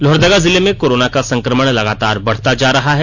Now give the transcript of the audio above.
लोहरदगा जिला मे कोरोना का संक्रमण लगातार बढता जा रहा है